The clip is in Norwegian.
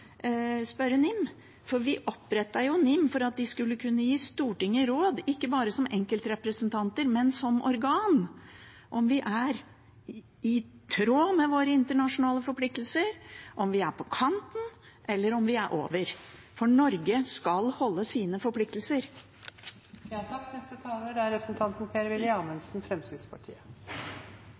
spørre NIM. Vi opprettet jo NIM for at de skulle kunne gi Stortinget råd ikke bare som enkeltrepresentanter, men som organ – om vi er i tråd med våre internasjonale forpliktelser, om vi er på kanten, eller om vi er over. For Norge skal overholde sine forpliktelser.